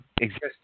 exist